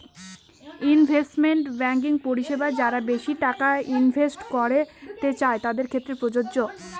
investment banking পরিষেবা যারা বেশি টাকা ইনভেস্ট করতে চাই তাদের ক্ষেত্রে প্রযোজ্য